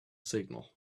signal